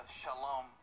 shalom